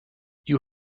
you